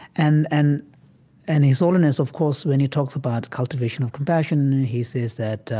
and and and his holiness, of course, when he talks about cultivation of compassion, he says that,